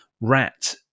rat